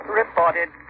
reported